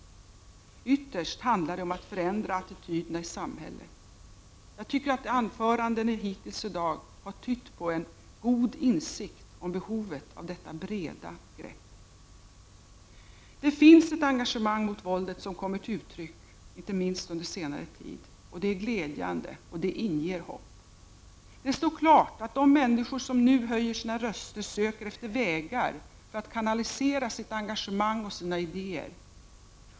Ytterst handlar det om att förändra attityderna i samhället. Jag tycker att anförandena hittills i dag har tytt på en god insikt om behovet av detta breda grepp. Det finns ett engagemang mot våldet som kommit till uttryck, inte minst under senare tid. Det är glädjande och det inger hopp. Det står klart att de människor som nu höjer sina röster söker efter vägar för att kanalisera sitt engagemang och sina idéer.